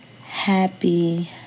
happy